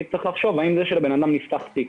צריך לחשוב אם זה שלבן אדם נפתח תיק,